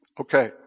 Okay